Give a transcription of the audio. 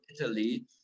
Italy